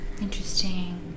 Interesting